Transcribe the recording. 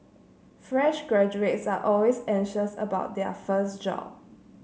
fresh graduates are always anxious about their first job